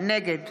נגד